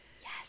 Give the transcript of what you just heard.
Yes